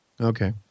Okay